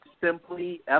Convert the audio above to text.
simply